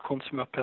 consumer